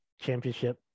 championship